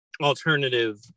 alternative